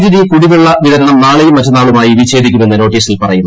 വൈദ്യുതി കുടിവെള്ള വിതരണം നാളെയും മറ്റെന്നാളുമായി വിച്ഛേദിക്കുമെന്ന് നോട്ടീസിൽ പറയുന്നു